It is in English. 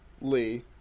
Lee